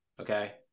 Okay